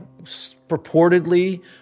purportedly